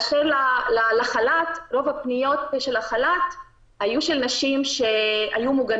באשר לחל"ת רוב הפניות היו של נשים מוגנות,